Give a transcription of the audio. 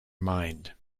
mind